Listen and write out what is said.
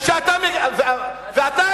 חברים.